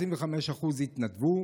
25% התנדבו,